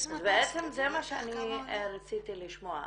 בעצם זה מה שרציתי לשמוע,